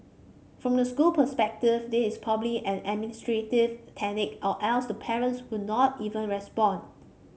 from the school perspective this is probably an administrative tactic or else the parents would not even respond